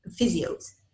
physios